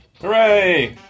Hooray